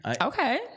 Okay